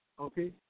okay